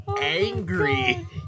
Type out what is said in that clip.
angry